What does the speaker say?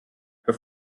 her